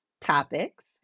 topics